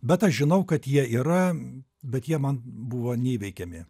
bet aš žinau kad jie yra bet jie man buvo neįveikiami